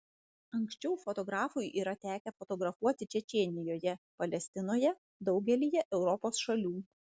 anksčiau fotografui yra tekę fotografuoti čečėnijoje palestinoje daugelyje europos šalių